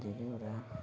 धेरैवटा